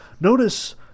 Notice